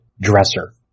dresser